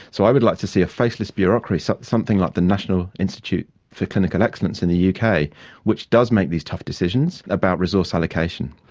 so i would like to see a faceless bureaucracy, something like the national institute for clinical excellence in the yeah uk which does make these tough decisions about resource allocation.